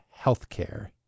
healthcare